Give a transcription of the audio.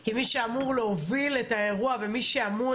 כי מי שאמור להוביל את האירוע ומי שאמון